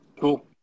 Cool